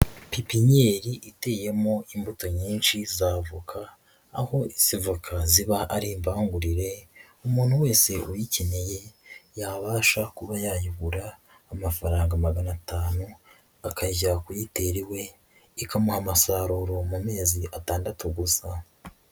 Pipinyeri iteyemo imbuto nyinshi z'avoka, aho izi voka ziba ari imbangurire umuntu wese uyikeneye yabasha kuba yayigura amafaranga magana atanu akajya kuyitera iwe ikamuha umusaruro mu mezi atandatu gusa.